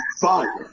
fire